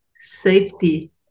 safety